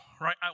right